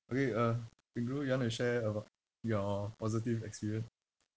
okay uh ping ru you want to share about your positive experience